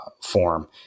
form